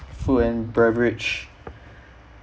food and beverage